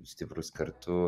stiprūs kartu